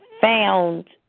found